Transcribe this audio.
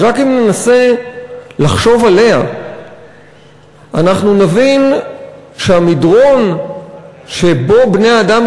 כי רק אם ננסה לחשוב עליה נבין שהמדרון שבו בני-האדם